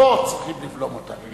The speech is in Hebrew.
פה צריכים לבלום אותה.